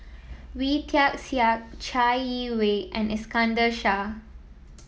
Wee Tian Siak Chai Yee Wei and Iskandar Shah